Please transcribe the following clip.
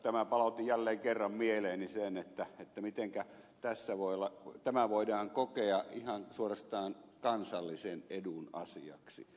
tämä palautti jälleen kerran mieleeni sen mitenkä tämä voidaan kokea ihan suorastaan kansallisen edun asiaksi